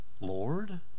Lord